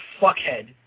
fuckhead